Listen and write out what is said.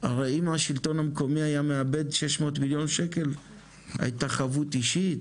הרי אם השלטון המקומי היה מאבד 600 מיליון שקל הייתה חבות אישית,